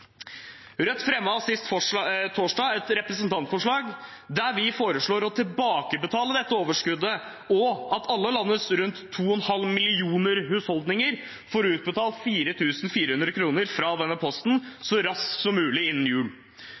Rødt fremmet sist torsdag et representantforslag der vi foreslår å tilbakebetale dette overskuddet og at alle landets rundt 2,5 millioner husholdninger får utbetalt 4 400 kr fra denne posten så raskt som mulig innen jul.